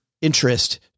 interest